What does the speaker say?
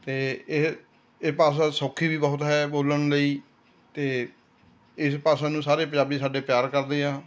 ਅਤੇ ਇਹ ਇਹ ਭਾਸ਼ਾ ਸੌਖੀ ਵੀ ਬਹੁਤ ਹੈ ਬੋਲਣ ਲਈ ਅਤੇ ਇਸ ਭਾਸ਼ਾ ਨੂੰ ਸਾਰੇ ਪੰਜਾਬੀ ਸਾਡੇ ਪਿਆਰ ਕਰਦੇ ਆ